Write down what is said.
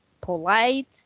polite